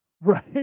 right